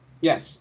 yes